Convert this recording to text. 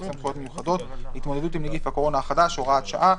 סמכויות מיוחדות להתמודדות עם נגיף הקורונה החדש (הוראת שעה),